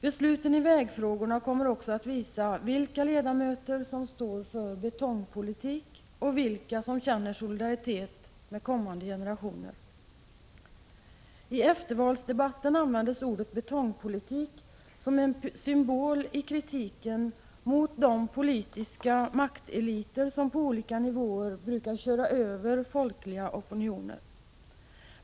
Besluten i vägfrågorna kommer också att visa vilka ledamöter som står för ”betongpolitik” och vilka som känner solidaritet med kommande generationer. I eftervalsdebatten användes ordet betongpolitik som en symbol i kritiken mot de politiska makteliter som på olika nivåer brukar köra över folkliga opinioner.